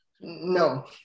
no